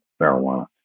marijuana